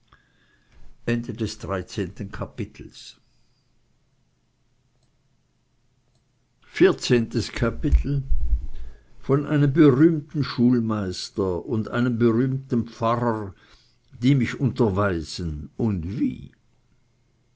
von einem berühmten schulmeister und einem berühmten pfarrer die mich unterweisen und wie